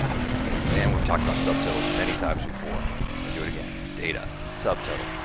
bam, bam, bam. we've talked about subtotals many times before. i'm going to do it again. data, subtotal,